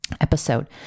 episode